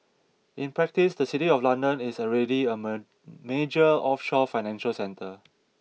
in practice the city of London is already a major offshore financial centre